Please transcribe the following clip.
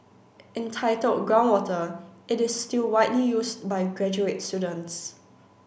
entitled Groundwater it is still widely used by graduate students